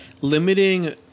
limiting